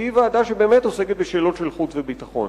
כי היא ועדה שבאמת עוסקת בשאלות של חוץ וביטחון.